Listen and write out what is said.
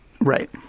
right